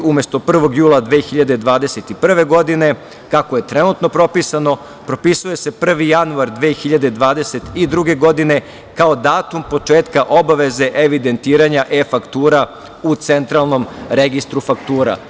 Umesto 1. jula 2021. godine, kako je trenutno pripisano, propisuje se 1. januar 2022. godine kao datum početka obaveze evidentiranja e-faktura u Centralnom registru faktura.